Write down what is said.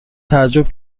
تعجب